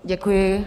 Děkuji.